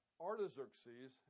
Artaxerxes